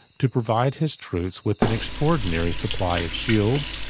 to provide his troops with an extraordinary supply of shields,